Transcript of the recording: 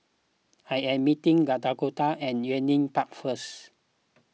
I am meeting Dakoda at Yunnan Park first